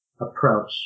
approach